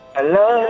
Hello